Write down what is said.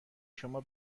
شما